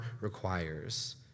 requires